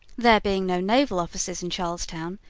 there being no naval officers in charles town,